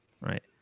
Right